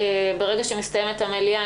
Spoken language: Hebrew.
ברגע שמסתיימת המליאה,